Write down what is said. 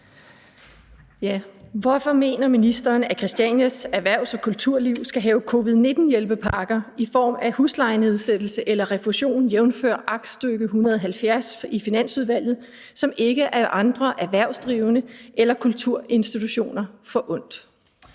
Hvorfor mener ministeren, at Christianias erhvervs- og kulturliv skal have covid-19-hjælpepakke i form af huslejenedsættelse eller refusion, jf. aktstykke 170 i Finansudvalget, som ikke er andre erhvervsdrivende eller kulturinstitutioner forundt?